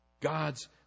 God's